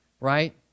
right